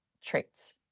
traits